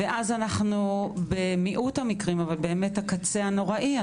ואז אנחנו במיעוט המקרים אבל באמת הקצה הנוראי,